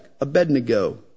Abednego